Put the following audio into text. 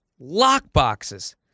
lockboxes